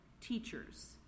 teachers